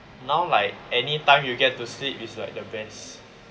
now like anytime you get to sleep is like the best